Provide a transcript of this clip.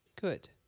good